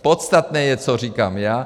Podstatné je, co říkám já.